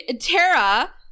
Tara